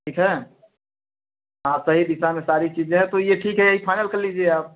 ठीक है हाँ सही दिशा में सारी चीज़ है तो यह ठीक है यही फाइनल कर लीजिए आप